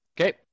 Okay